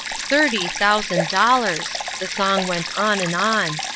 thir-ty thousand dollars! the song went on and on.